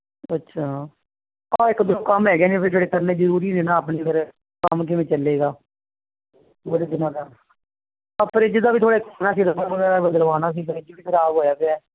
ਅੱਛਾ ਹਾਂ ਇਕ ਦੋ ਕੰਮ ਹੈਗੇ ਨੇ ਜਿਹੜੇ ਕਰਨੇ ਜਰੂਰੀ ਨੇ ਨਾ ਆਪਣੇ ਫਿਰ ਕੰਮ ਕਿਵੇਂ ਚੱਲੇਗਾ ਬੜੇ ਦਿਨਾਂ ਦਾ ਆਹ ਫਰਿਜ ਦਾ ਵੀ ਫਰਿੱਜ ਵੀ ਖਰਾਬ ਹੋਇਆ ਪਿਆ